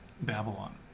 Babylon